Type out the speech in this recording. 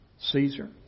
Caesar